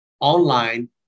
online